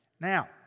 Now